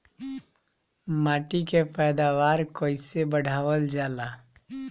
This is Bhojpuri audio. माटी के पैदावार कईसे बढ़ावल जाला?